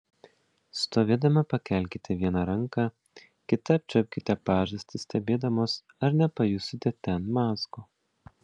stovėdama pakelkite vieną ranką kita apčiuopkite pažastį stebėdamos ar nepajusite ten mazgo